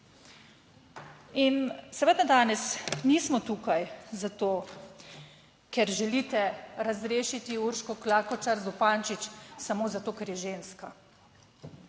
in seveda danes nismo tukaj zato, ker želite razrešiti Urško Klakočar Zupančič samo zato, ker je ženska,